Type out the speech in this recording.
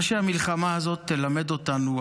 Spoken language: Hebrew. מה שהמלחמה הזאת תלמד אותנו,